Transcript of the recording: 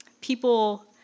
people